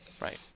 Right